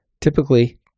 Typically